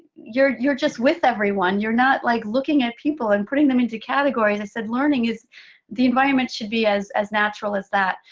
you're you're just with everyone, you're not like looking at people and putting them into categories. i said, learning, the environment should be as as natural as that.